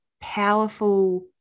powerful